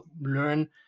learn